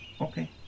Okay